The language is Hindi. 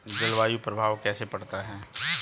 जलवायु का प्रभाव कैसे पड़ता है?